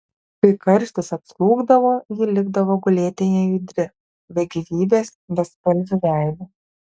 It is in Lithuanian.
kai karštis atslūgdavo ji likdavo gulėti nejudri be gyvybės bespalviu veidu